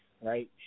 right